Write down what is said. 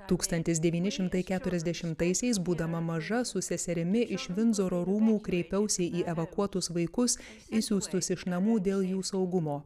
tūkstantis devyni šimtai keturiasdešimtaisiais būdama maža su seserimi iš vindzoro rūmų kreipiausi į evakuotus vaikus išsiųstus iš namų dėl jų saugumo